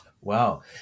Wow